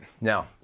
Now